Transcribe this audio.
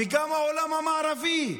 גם בעולם המערבי,